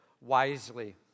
wisely